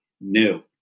new